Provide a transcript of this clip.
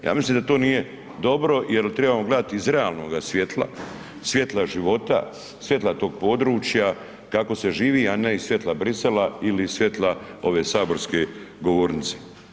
Ja mislim da to nije dobro jel trebamo gledati iz realnoga svijetla, svijetla života, svijetla tog područja, kako se živi, a ne iz svijetla Bruxellesa ili iz svijetla ove saborske govornice.